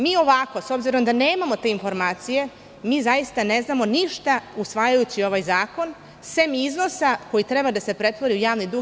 Mi ovako, s obzirom da nemamo te informacije, mi zaista ne znamo ništa usvajajući ovaj zakon, sem iznosa koji treba da se pretvori u javni dug.